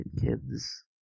kids